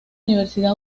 universidad